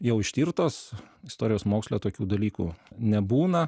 jau ištirtos istorijos moksle tokių dalykų nebūna